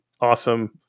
awesome